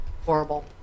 Horrible